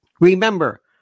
remember